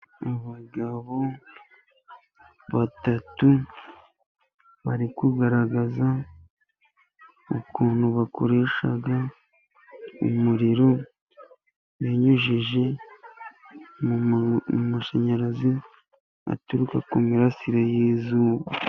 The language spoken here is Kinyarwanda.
Abagabo batatu bari kugaragaza ukuntu bakoresha umuriro, binyujijwe mu mashanyarazi aturuka ku mirasire y'izuba.